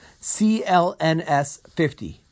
CLNS50